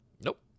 Nope